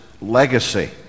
Legacy